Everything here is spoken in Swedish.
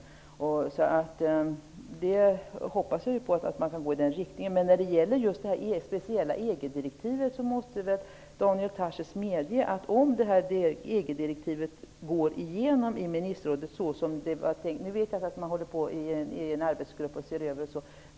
Jag hoppas att man kan gå i den riktningen. Men Daniel Tarschys måste väl medge att det kommer att leda till en begränsad offentlighetsprincip i Sverige om det speciella EG direktivet går igenom i ministerrådet såsom det var tänkt. Jag vet att man ser över saken i en arbetsgrupp.